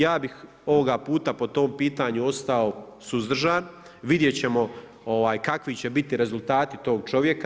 Ja bih ovoga puta po tom pitanju ostao suzdržan, vidjeti ćemo kakvi će biti rezultati tog čovjeka.